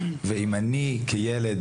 ואם אני כילד,